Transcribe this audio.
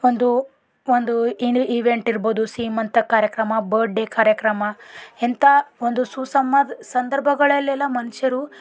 ಒಂದು ಒಂದು ಏನು ಇವೆಂಟ್ ಇರ್ಬೋದು ಸೀಮಂತ ಕಾರ್ಯಕ್ರಮ ಬರ್ಡೇ ಕಾರ್ಯಕ್ರಮ ಎಂಥಾ ಒಂದು ಸುಸಮದ್ ಸಂದರ್ಭಗಳಲ್ಲೆಲ್ಲ ಮನುಷ್ಯರು